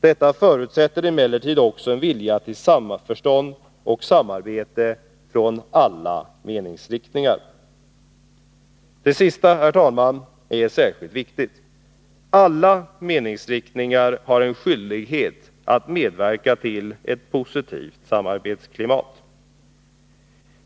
Detta förutsätter emellertid också en vilja till samförstånd och samarbete från alla meningsriktningar.” Det sista är särskilt viktigt. Alla meningsriktningar har en skyldighet att medverka till ett positivt samarbetsklimat.